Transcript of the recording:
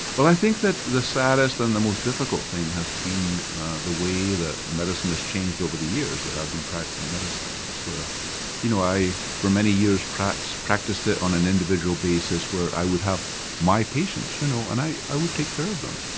well i think that the saddest and the most difficult thing has been the way that medicine has changed over the years that i've been practicing medicine, where you know i, for many years practiced practiced it on an individual basis where i would have my patients you know and i i would take care of them.